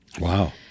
Wow